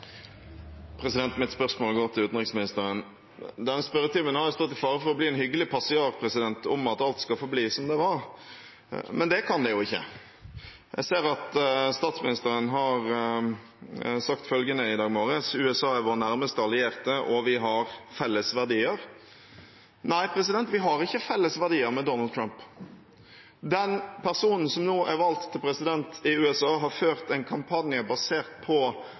Mitt spørsmål går til utenriksministeren. Denne spørretimen har stått i fare for å bli en hyggelig passiar om at alt skal forbli som det var – men det kan det jo ikke. Jeg ser at statsministeren i dag morges har sagt at «USA er vår nærmeste allierte», og at vi har «felles verdier». Nei, vi har ikke felles verdier med Donald Trump. Den personen som nå er valgt til president i USA, har ført en kampanje basert på